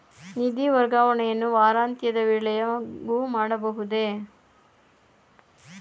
ನಿಧಿ ವರ್ಗಾವಣೆಯನ್ನು ವಾರಾಂತ್ಯದ ವೇಳೆಯೂ ಮಾಡಬಹುದೇ?